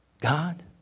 God